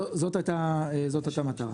זאת הייתה המטרה.